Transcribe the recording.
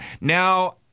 Now